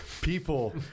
people